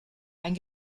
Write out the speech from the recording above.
ein